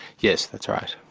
yes, that's right.